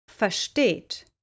versteht